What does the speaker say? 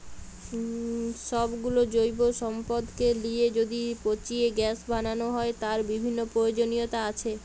সব গুলো জৈব সম্পদকে লিয়ে যদি পচিয়ে গ্যাস বানানো হয়, তার বিভিন্ন প্রয়োজনীয়তা আছে